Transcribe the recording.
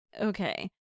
okay